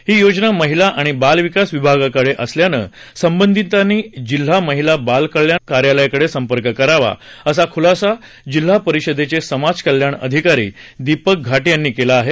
ही योजना महिला आणि बाल विकास विभागाकडे असल्यानं संबंधितांनी जिल्हा महिला आणि बाल कल्याण कार्यालयाकडे संपर्क करावा असा खुलासा जिल्हा परिषदेचे समाज कल्याण अधिकारी दीपक घाटे यांनी केला आहे